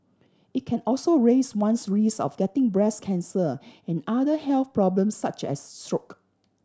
it can also raise one's risk of getting breast cancer and other health problems such as stroke